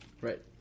Right